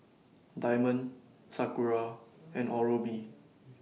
Diamond Sakura and Oral B